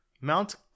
Mount